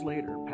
Later